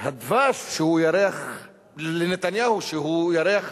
הדבש לנתניהו, שהוא ירח